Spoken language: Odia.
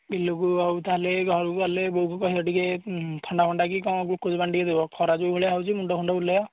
ବିଲକୁ ଆଉ ତା'ହେଲେ ଘରକୁ ଗଲେ ବୋଉକୁ କହିବ ଟିକିଏ ଥଣ୍ଡା ଫଣ୍ଡା କି କ'ଣ ଗ୍ଲୁକୋଜ୍ ପାଣି ଟିକିଏ ଦେବ ଖରା ଯେଉଁ ଭଳିଆ ହେଉଛି ମୁଣ୍ଡ ଫୁଣ୍ଡ ବୁଲେଇବ